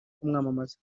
kumwamamaza